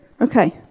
Okay